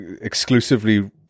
exclusively